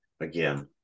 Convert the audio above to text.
again